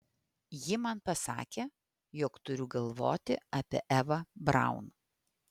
ji man pasakė jog turiu galvoti apie evą braun